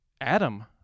Adam